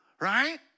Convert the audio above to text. Right